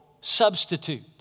substitute